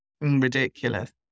ridiculous